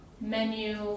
menu